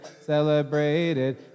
celebrated